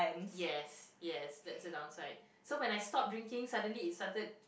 yes yes that's in outside so when I stop drinking suddenly it started